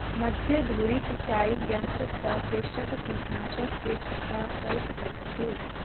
मध्य धूरी सिचाई यंत्र सॅ कृषक कीटनाशक के छिड़काव कय सकैत अछि